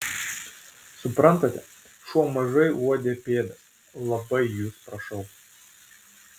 suprantate šuo mažai uodė pėdas labai jus prašau